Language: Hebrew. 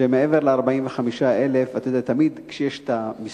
שמעבר ל-45,000, אתה יודע, תמיד כשיש מספרים,